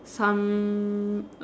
some